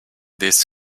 this